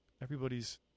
Everybody's